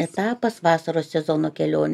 etapas vasaros sezono kelionių